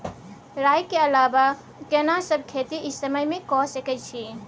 राई के अलावा केना सब खेती इ समय म के सकैछी?